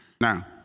Now